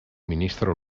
ministro